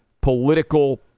political